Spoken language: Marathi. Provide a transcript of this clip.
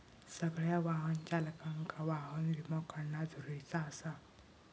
सगळ्या वाहन चालकांका वाहन विमो काढणा जरुरीचा आसा